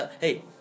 hey